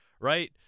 right